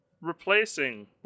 replacing